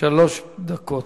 שלוש דקות.